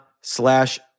slash